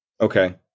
Okay